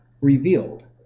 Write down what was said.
revealed